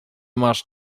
masz